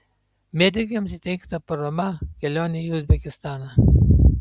medikėms įteikta parama kelionei į uzbekistaną